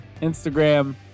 Instagram